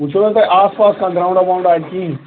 وۄنۍ چھُنہٕ حظ تۄہہِ آس پاس کانٛہہ گرٛاوُنٛڈا وونٛڈا اَتہِ کِہیٖنۍ